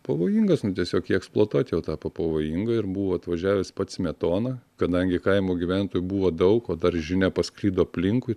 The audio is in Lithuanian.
pavojingas tiesiog jį eksploatuot jau tapo pavojinga ir buvo atvažiavęs pats smetona kadangi kaimo gyventojų buvo daug o dar žinia pasklido aplinkui